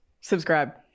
subscribe